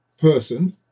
person